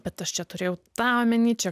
bet aš čia turėjau tą omeny čia